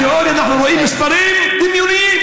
בתיאוריה אנחנו רואים מספרים דמיוניים,